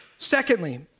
Secondly